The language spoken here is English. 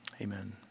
Amen